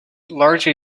largely